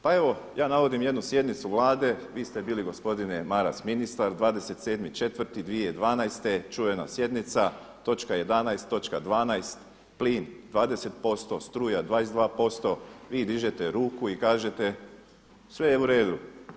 Pa evo ja navodim jednu sjednice Vlade, vi ste bili gospodine Maras ministar 27.4.2012. čuvena sjednica, točka 11, točka 12, plin 20%, struja 22%, vi dižete ruku i kažete sve je uredu.